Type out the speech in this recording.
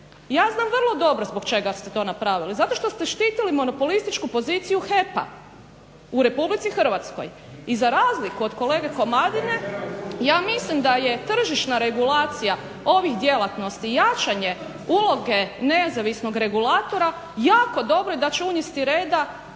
ja znam vrlo dobro zbog čega ste to napravili, zato što ste štitili monopolističku poziciju HEP-a u Republici Hrvatskoj. I za razliku od kolege Komadine, ja mislim da je tržišta regulacija ovih djelatnosti jačanje uloge nezavisnog regulatora jako dobra i da će unesti reda